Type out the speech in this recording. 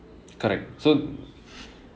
correct so